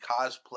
Cosplay